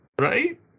Right